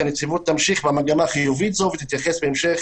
כי הנציבות תמשיך במגמה חיובית זו ותתייחס בהמשך